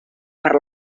per